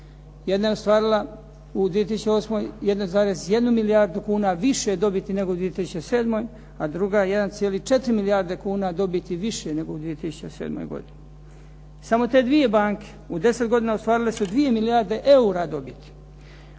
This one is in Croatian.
Jedna je ostvarila u 2008. 1,1 milijardu kuna više dobiti nego u 2007., a druga 1,4 milijarde kuna dobiti više nego u 2007. godini. Samo te dvije banke u deset godina ostvarile su 2 milijarde eura dobiti,